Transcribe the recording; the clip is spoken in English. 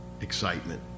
excitement